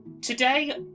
today